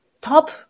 top